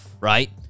right